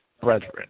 brethren